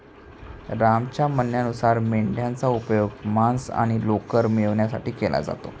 रामच्या म्हणण्यानुसार मेंढयांचा उपयोग मांस आणि लोकर मिळवण्यासाठी केला जातो